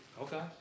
Okay